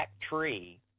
tree